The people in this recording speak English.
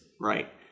right